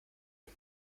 and